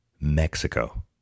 Mexico